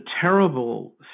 terrible